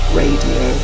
radio